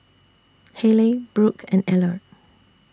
Hayleigh Brook and Eller